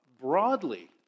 broadly